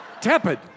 Tepid